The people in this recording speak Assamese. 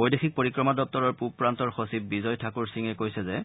বৈদেশিক পৰিক্ৰমা দপ্তৰৰ পূৱ প্ৰান্তৰ সচিব বিজয় ঠাকুৰ সিঙে কৈছে যে